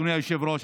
אדוני היושב-ראש,